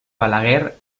balaguer